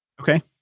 okay